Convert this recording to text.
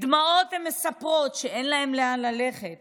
בדמעות הן מספרות שאין להן לאן ללכת